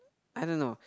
I don't know